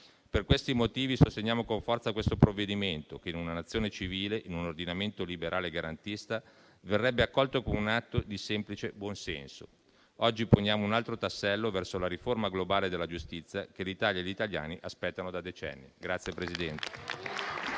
Per tali motivi, sosteniamo con forza questo provvedimento, che in una Nazione civile e in un ordinamento liberale e garantista verrebbe accolto come un atto di semplice buon senso. Oggi poniamo un altro tassello verso la riforma globale della giustizia, che l'Italia e gli italiani aspettano da decenni.